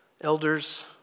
elders